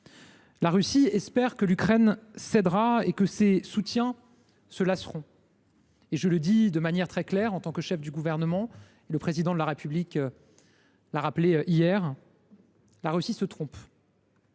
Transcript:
La Russie espère que l’Ukraine cédera et que ses soutiens se lasseront. Je le dis de manière très claire, en tant que chef du Gouvernement, comme le Président de la République l’a rappelé hier : la Russie se trompe.